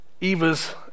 Eva's